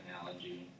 analogy